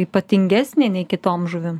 ypatingesnė nei kitom žuvim